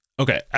Okay